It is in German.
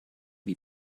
wie